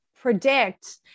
predict